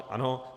Ano.